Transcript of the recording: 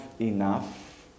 enough